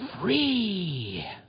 free